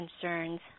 concerns